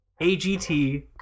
AGT